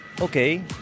Okay